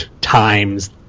times